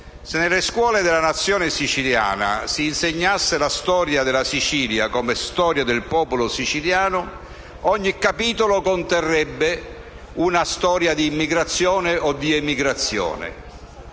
Se nelle scuole della nazione siciliana si insegnasse la storia della Sicilia come storia del popolo siciliano, ogni capitolo conterrebbe una storia di immigrazione o di emigrazione,